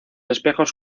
espejos